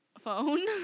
Phone